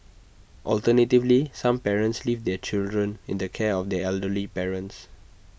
alternatively some parents leave their children in the care of their elderly parents